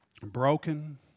broken